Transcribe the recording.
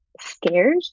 scared